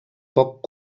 poc